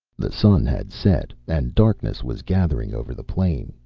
the sun had set and darkness was gathering over the plain,